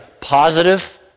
positive